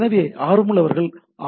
எனவே ஆர்வமுள்ளவர்கள் ஆர்